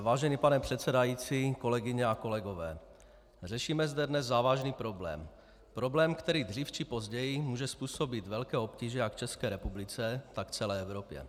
Vážený pane předsedající, kolegyně a kolegové, řešíme zde dnes závažný problém, problém, který dřív či později může způsobit velké obtíže jak České republice, tak celé Evropě.